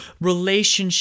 relationship